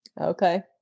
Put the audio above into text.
Okay